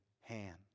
hand